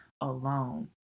alone